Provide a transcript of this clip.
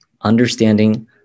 understanding